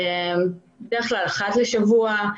בדרך כלל אחת בשבוע.